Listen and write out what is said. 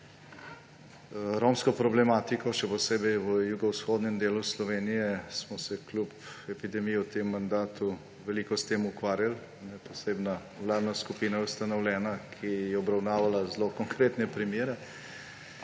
romsko problematiko, še posebej v jugovzhodnem delu Slovenije, smo se kljub epidemiji v tem mandatu veliko s tem ukvarjali. Posebna vladna skupina je ustanovljena, ki je obravnavala zelo konkretne primere.